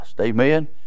Amen